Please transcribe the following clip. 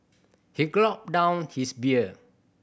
he gulped down his beer